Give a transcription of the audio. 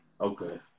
okay